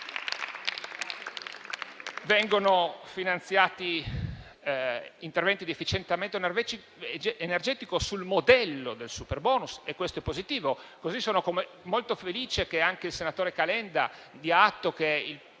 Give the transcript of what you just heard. Vengono finanziati interventi di efficientamento energetico sul modello del superbonus, e ciò è positivo. Sono altresì molto felice che anche il senatore Calenda dia atto che il